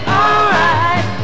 alright